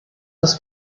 ist